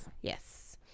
Yes